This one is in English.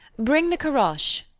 bring the caroches.